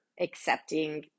accepting